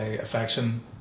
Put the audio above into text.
affection